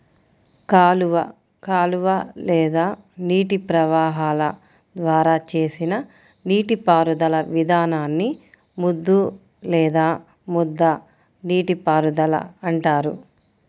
కాలువ కాలువ లేదా నీటి ప్రవాహాల ద్వారా చేసిన నీటిపారుదల విధానాన్ని ముద్దు లేదా ముద్ద నీటిపారుదల అంటారు